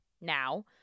Now